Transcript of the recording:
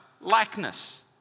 likeness